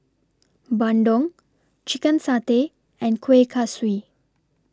Bandung Chicken Satay and Kuih Kaswi